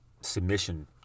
submission